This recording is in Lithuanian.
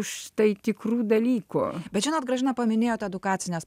už tai tikrų dalykų bet žinot grąžina paminėjote edukacines